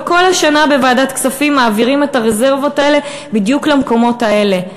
וכל השנה בוועדת הכספים מעבירים את הרזרבות האלה בדיוק למקומות האלה,